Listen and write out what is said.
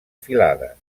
filades